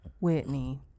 Whitney